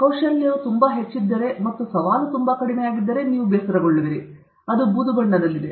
ಕೌಶಲ್ಯವು ತುಂಬಾ ಹೆಚ್ಚಿದ್ದರೆ ಮತ್ತು ಸವಾಲು ತುಂಬಾ ಕಡಿಮೆಯಾಗಿದ್ದರೆ ನೀವು ಬೇಸರಗೊಳ್ಳುವಿರಿ ಅದು ಬೂದು ಬಣ್ಣದಲ್ಲಿದೆ